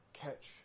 Catch